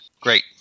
great